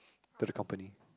to the company